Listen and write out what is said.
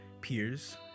peers